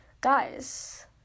guys